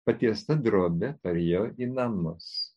patiesta drobe parėjau į namus